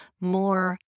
more